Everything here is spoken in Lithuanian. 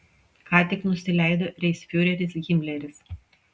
ką tik nusileido reichsfiureris himleris